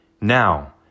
Now